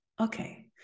okay